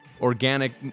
organic